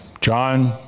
John